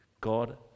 God